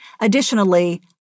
Additionally